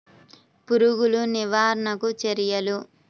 పురుగులు నివారణకు చర్యలు?